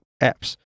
apps